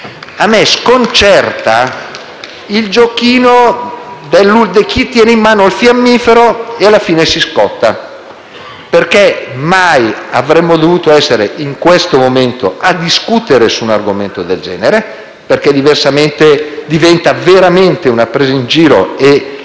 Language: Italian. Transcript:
A me sconcerta il giochino del chi tiene in mano il fiammifero e alla fine si scotta, perché mai avremmo dovuto essere in questo momento a discutere su un argomento del genere. Diversamente, diventa veramente una presa in giro e